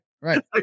right